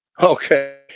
Okay